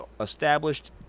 established